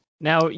Now